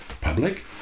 Public